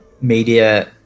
media